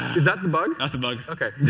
is that the bug? that's the bug. oh,